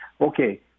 okay